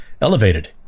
elevated